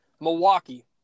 Milwaukee